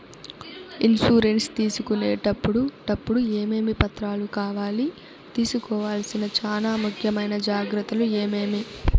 Insurance తీసుకునేటప్పుడు టప్పుడు ఏమేమి పత్రాలు కావాలి? తీసుకోవాల్సిన చానా ముఖ్యమైన జాగ్రత్తలు ఏమేమి?